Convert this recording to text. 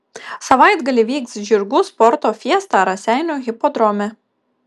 savaitgalį vyks žirgų sporto fiesta raseinių hipodrome